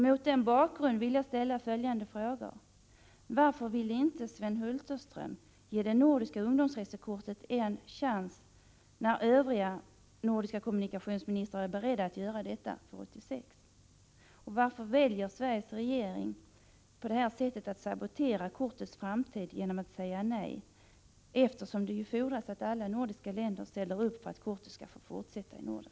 Mot den bakgrunden vill jag ställa följande frågor: Varför ville inte Sven Hulterström ge det nordiska ungdomsresekortet en chans, när övriga nordiska kommunikationsministrar är beredda att göra detta för 1986? Och varför väljer Sveriges regering att på det här sättet sabotera kortets framtid genom att säga nej? Det fordras ju att alla nordiska länder ställer upp för att kortet skall kunna gälla i Norden.